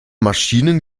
maschinen